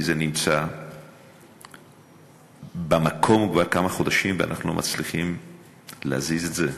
כי זה נמצא במקום כבר כמה חודשים ואנחנו לא מצליחים להזיז את זה.